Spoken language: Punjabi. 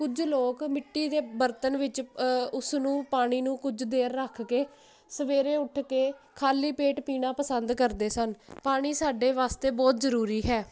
ਕੁਝ ਲੋਕ ਮਿੱਟੀ ਦੇ ਬਰਤਨ ਵਿੱਚ ਉਸ ਨੂੰ ਪਾਣੀ ਨੂੰ ਕੁਝ ਦੇਰ ਰੱਖ ਕੇ ਸਵੇਰੇ ਉੱਠ ਕੇ ਖਾਲੀ ਪੇਟ ਪੀਣਾ ਪਸੰਦ ਕਰਦੇ ਸਨ ਪਾਣੀ ਸਾਡੇ ਵਾਸਤੇ ਬਹੁਤ ਜਰੂਰੀ ਹੈ